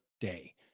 day